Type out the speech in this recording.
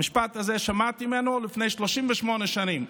את המשפט הזה שמעתי ממנו לפני 38 שנים.